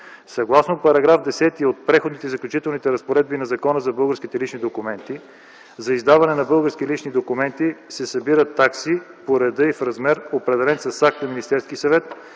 Съгласно § 10 от Преходните и заключителни разпоредби на Закона за българските лични документи, за издаване на български лични документи се събират такси по реда и в размер, определен с акта на Министерския съвет.